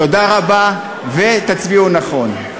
תודה רבה, ותצביעו נכון.